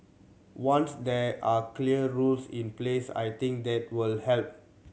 once there are clear rules in place I think that will help